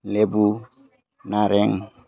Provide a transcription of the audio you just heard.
लेबु नारें